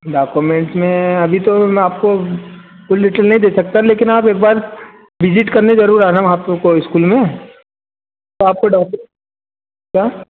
documents में अभी तो में आपको नहीं दे सकता लेकिन आप एक बार भिजिट करने जरूर आना वहाँ प्रोपर स्कूल में और आपको